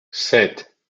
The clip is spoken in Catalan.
set